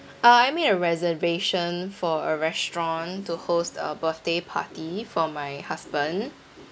uh I made a reservation for a restaurant to host a birthday party for my husband